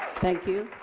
thank you.